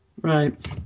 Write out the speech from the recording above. Right